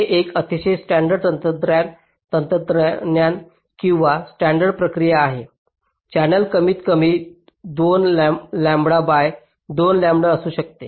हे एक अतिशय स्टॅंडर्ड तंत्रज्ञान किंवा स्टॅंडर्ड प्रक्रिया आहे चॅनेल कमीतकमी 2 लांबडा बाय 2 लांबडा असू शकते